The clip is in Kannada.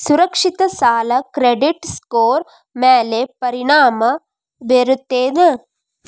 ಸುರಕ್ಷಿತ ಸಾಲ ಕ್ರೆಡಿಟ್ ಸ್ಕೋರ್ ಮ್ಯಾಲೆ ಪರಿಣಾಮ ಬೇರುತ್ತೇನ್